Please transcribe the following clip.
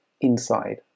inside